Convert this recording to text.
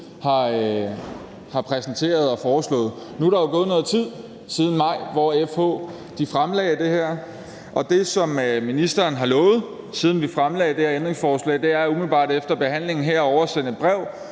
har præsenteret og foreslået. Nu er der jo gået noget tid siden maj, hvor FH fremlagde det her, og det, som ministeren har lovet, siden vi stillede det her ændringsforslag, er umiddelbart efter behandlingen her at oversende et brev,